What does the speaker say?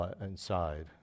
inside